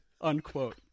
unquote